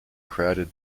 crowded